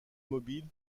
mobile